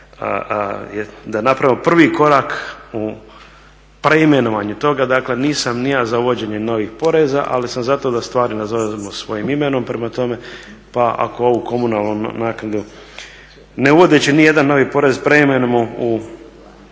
da napravimo prvi korak u preimenovanju toga. Dakle nisam ni ja za uvođenje novih poreza ali sam zato da stvari nazovemo svojim imenom. Prema tome pa ako ovu komunalnu naknadu ne uvodeći ni jedan novi porez preimenujemo